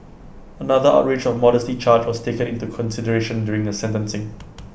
another outrage of modesty charge was taken into consideration during the sentencing